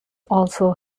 also